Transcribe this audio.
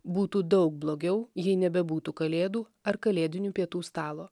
būtų daug blogiau jei nebebūtų kalėdų ar kalėdinių pietų stalo